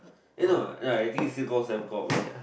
eh no and I think is still called Sembcorp lah